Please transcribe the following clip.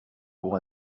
pour